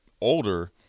older